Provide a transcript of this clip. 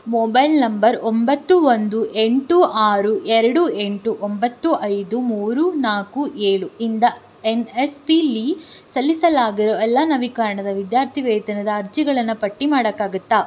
mobile number ಒಂಬತ್ತು ಒಂದು ಎಂಟು ಆರು ಎರಡು ಎಂಟು ಒಂಬತ್ತು ಐದು ಮೂರು ನಾಲ್ಕು ಏಳು ಇಂದ ಎನ್ ಎಸ್ ಪಿಲಿ ಸಲ್ಲಿಸಲಾಗಿರೋ ಎಲ್ಲ ನವೀಕರಣದ ವಿದ್ಯಾರ್ಥಿವೇತನದ ಅರ್ಜಿಗಳನ್ನು ಪಟ್ಟಿ ಮಾಡೋಕ್ಕಾಗುತ್ತಾ